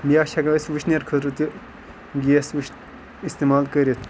یا چھِ ہیٚکان أسۍ وٕشنیر خٲطرٕ تہِ گیس وٕش اِستعمال کٔرِتھ